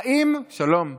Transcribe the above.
שלום,